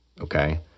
Okay